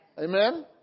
Amen